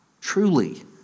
Truly